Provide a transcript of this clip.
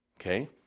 Okay